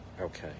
okay